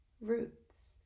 roots